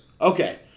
Okay